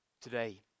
today